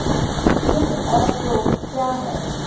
कीट और रोग क्या हैं?